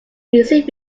music